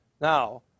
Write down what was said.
Now